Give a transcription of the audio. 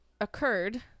occurred